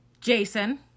Jason